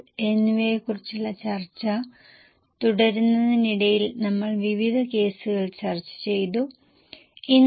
ഡാറ്റയോ വിവരങ്ങളോ അവസാനം നൽകിയിട്ടില്ല അതിനിടയിൽ എവിടെയോ ആണ് നൽകിയിട്ടുള്ളത്